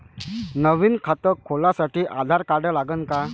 नवीन खात खोलासाठी आधार कार्ड लागन का?